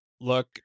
look